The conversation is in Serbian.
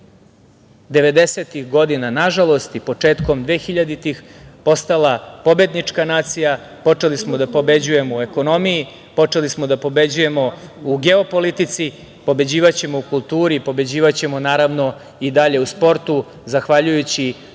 90-ih godina, nažalost, i početkom 2000. godine, postala pobednička nacija. Počeli smo da pobeđujemo u ekonomiji, počeli smo da pobeđujemo u geopolitici, pobeđivaćemo u kulturi, pobeđivaćemo, naravno, i dalje u sportu, zahvaljujući